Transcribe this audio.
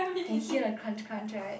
can hear the crunch crunch right